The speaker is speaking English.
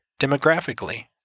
Demographically